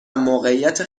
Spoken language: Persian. موقعیت